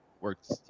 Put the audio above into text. works